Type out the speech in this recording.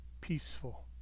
peaceful